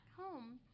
home